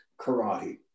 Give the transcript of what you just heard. karate